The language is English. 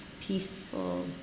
peaceful